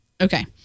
okay